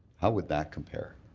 how would that compare?